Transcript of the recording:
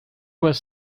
was